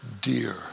dear